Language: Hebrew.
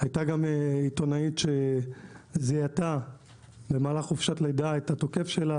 הייתה גם עיתונאית שזיהתה במהלך חופשת לידה את התוקף שלה,